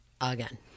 again